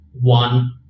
one